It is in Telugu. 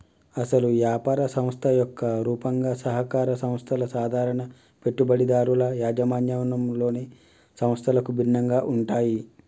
అసలు యాపార సంస్థ యొక్క రూపంగా సహకార సంస్థల సాధారణ పెట్టుబడిదారుల యాజమాన్యంలోని సంస్థలకు భిన్నంగా ఉంటాయి